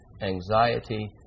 anxiety